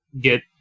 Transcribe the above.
get